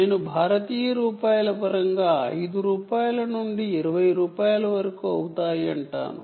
నేను Indian rupees పరంగా 5 రూపాయల నుండి 20 రూపాయల వరకు అవుతాయి అంటాను